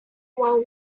one